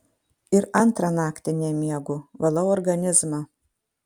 ir antrą naktį nemiegu valau organizmą